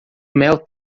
mel